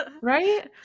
Right